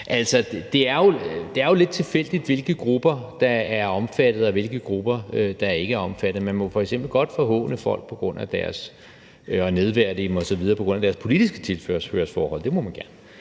det er jo lidt tilfældigt, hvilke grupper der er omfattet, og hvilke grupper der ikke er omfattet. Man må f.eks. godt forhåne og nedværdige folk på grund af deres politiske tilhørsforhold; det må man gerne.